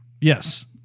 Yes